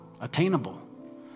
attainable